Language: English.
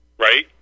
right